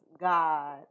God